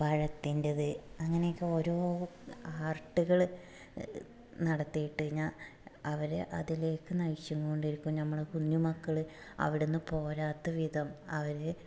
പഴത്തിൻറ്റത് അങ്ങനെക്കെ ഓരോ ആർട്ട്കൾ നടത്തിയിട്ട് ഞാൻ അവരെ അതിലേക്ക് നയിച്ചും കൊണ്ടരിക്കും നമ്മളുടെ കുഞ്ഞു മക്കൾ അവിടുന്ന് പോരാത്ത വിധം അവർ